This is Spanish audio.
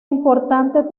importante